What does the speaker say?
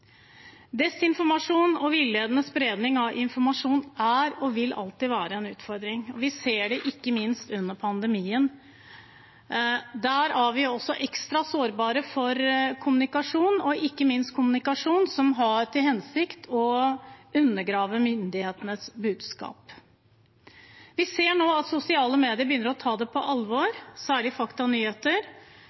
Desinformasjon og villedende spredning av informasjon er og vil alltid være en utfordring. Vi ser det ikke minst under pandemien, der vi også er ekstra sårbare for ikke minst kommunikasjon som har til hensikt å undergrave myndighetenes budskap. Vi ser nå at sosiale medier begynner å ta faktanyheter på alvor.